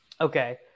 okay